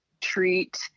treat